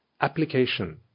application